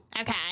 Okay